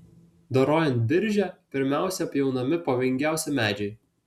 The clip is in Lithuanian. dorojant biržę pirmiausia pjaunami pavojingiausi medžiai